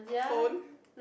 phone